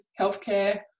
healthcare